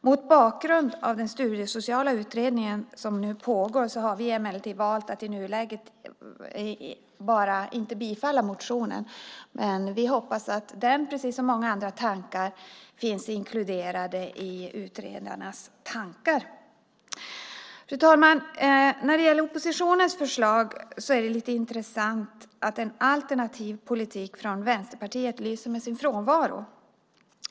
Mot bakgrund av den studiesociala utredningen som nu pågår har vi emellertid valt att i nuläget inte bifalla motionen. Vi hoppas att den liksom många andra tankar finns inkluderade i utredarnas tankar. Fru talman! När det gäller oppositionens förslag är det lite intressant att en alternativ politik från Vänsterpartiet lyser med sin frånvaro.